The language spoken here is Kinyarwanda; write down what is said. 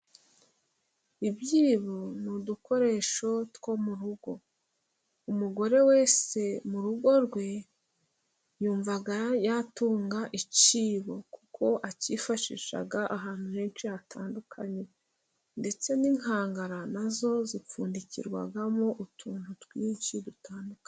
Ibyibo ni udukoresho two mu rugo, umugore wese mu rugo rwe yumva yatunga ikibo kuko akifashisha ahantu henshi hatandukanye, ndetse n'inkangara na zo zipfundikirwamo utuntu twinshi dutandukanye.